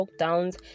lockdowns